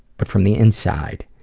but from the inside,